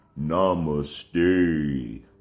namaste